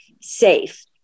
safe